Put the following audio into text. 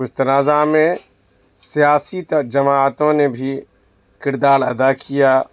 اس تنازع میں سیاسی جماعتوں نے بھی کردار ادا کیا